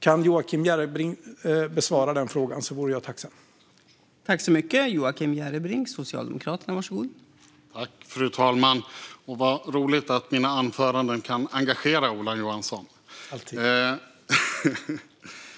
Om Joakim Järrebring kunde besvara den frågan vore jag tacksam.